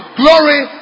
glory